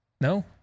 No